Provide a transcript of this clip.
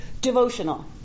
devotional